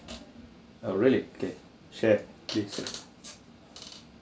oh really okay share please